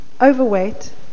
overweight